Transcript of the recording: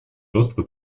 доступа